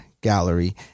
gallery